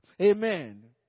Amen